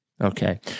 Okay